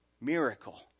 miracle